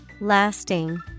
Lasting